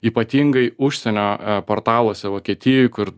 ypatingai užsienio portaluose vokietijoj kur